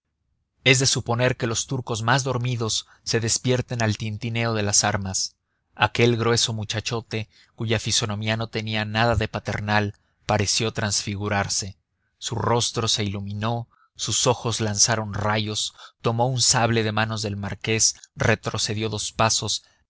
es de suponer que los turcos más dormidos se despierten al tintineo de las armas aquel grueso muchachote cuya fisonomía no tenía nada de paternal pareció transfigurarse su rostro se iluminó sus ojos lanzaron rayos tomó un sable de manos del marqués retrocedió dos pasos